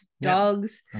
dogs